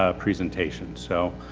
ah presentation. so,